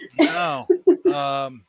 No